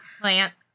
plants